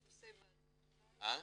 --- ועדות,